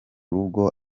rugo